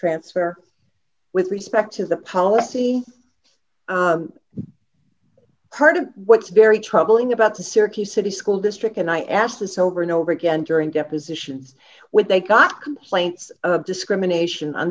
transfer with respect to the policy part of what's very troubling about the syracuse city school district and i asked this over and over again during depositions when they got complaints of discrimination on